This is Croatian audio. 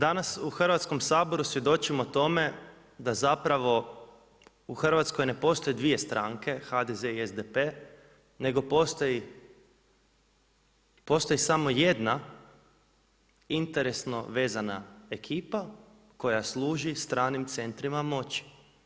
Danas u Hrvatskom saboru svjedočimo tome da zapravo u Hrvatskoj ne postoje dvije stranke HDZ i SDP nego postoji samo jedna interesno vezana ekipa koja služi stranim centrima moći.